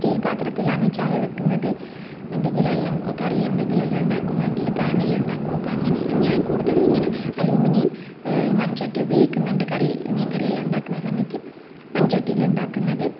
steel പാത്രത്തിൽ ആണ് ചായ വയ്ക്കുന്നത് എന്തെങ്കിലും എല്ലാം കറി എന്തെങ്കിലും എല്ലാം ഉണ്ടാക്കുന്നെങ്കിൽ പാനിൽ ഉണ്ടാക്കും അപ്പോൾ ഞാൻ അങ്ങനെ കൂടുതലും ഇങ്ങനെ അലൂമിനിയം മൺചട്ടി ഉപയോഗിക്കുന്നുണ്ട് കറി മീൻ കറി എല്ലാം ഉണ്ടാക്കുന്ന സമയത്ത് മൺചട്ടിയിൽ ഉണ്ടാക്കുന്നത്